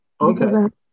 Okay